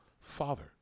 father